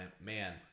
man –